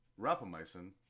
Rapamycin